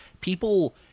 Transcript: people